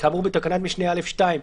כאמור בתקנת משנה (א)(2),